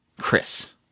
Chris